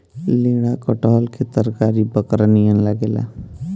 लेढ़ा कटहल के तरकारी बकरा नियन लागेला